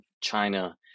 China